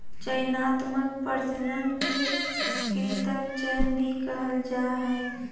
चयनात्मक प्रजनन के कृत्रिम चयन भी कहल जा हइ